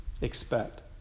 expect